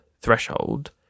threshold